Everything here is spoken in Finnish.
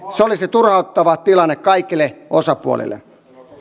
se olisi turhauttava tilanne kaikille osapuolille